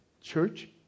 church